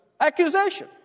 accusation